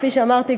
כפי שאמרתי,